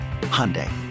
Hyundai